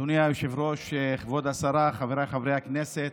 אדוני היושב-ראש, כבוד השרה, חבריי חברי הכנסת,